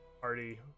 party